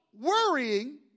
worrying